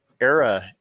era